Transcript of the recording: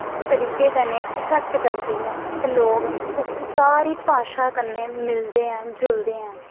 तरीके कन्ने इफैकट करदी ऐ ते लोग उस सारी भाशा कन्नै मिलदे ऐं जुलदे ऐं